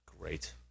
Great